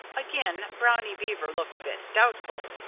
again brownie beaver looked a bit doubtful.